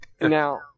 Now